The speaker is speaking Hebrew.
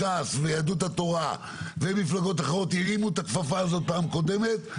ש"ס ויהדות התורה ומפלגות אחרות הרימו את הכפפה הזאת פעם קודמת.